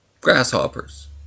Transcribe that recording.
grasshoppers